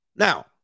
Now